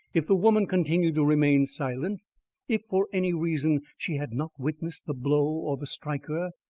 if the woman continued to remain silent if for any reason she had not witnessed the blow or the striker,